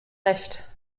recht